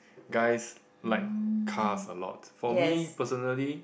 guys like cars a lot for me personally